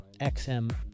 XM